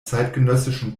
zeitgenössischen